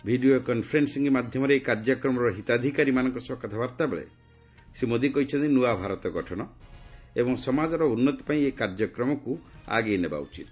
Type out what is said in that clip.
video conferencing ମାଧ୍ୟମରେ ଏହି କାର୍ଯ୍ୟକ୍ରମର ହିତାଧିକାରୀମାନଙ୍କ ସହ କଥାବାର୍ଭା ବେଳେ ଶ୍ରୀ ମୋଦି କହିଛନ୍ତି ନୂଆ ଭାରତ ଗଠନ ଏବଂ ସମାଜର ଉନୁତି ପାଇଁ ଏହି କାର୍ଯ୍ୟକ୍ମକୁ ଆଗେଇନେବା ଉଚିତ